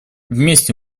вместе